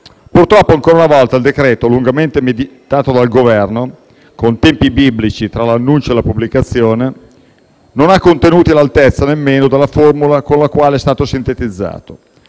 è così: ancora una volta, il decreto-legge, lungamente meditato dal Governo, con tempi biblici tra l'annuncio e la pubblicazione, non ha contenuti all'altezza nemmeno della formula con la quale è stato sintetizzato,